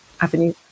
avenue